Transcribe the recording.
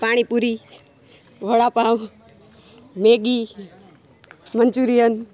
પાણી puri vada pav Maggi Manchurian